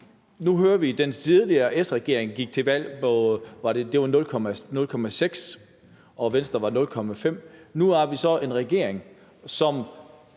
Nu hører vi, at den tidligere S-regering gik til valg på 0,6 pct. Venstre var på 0,5 pct. Nu har vi så en regering, som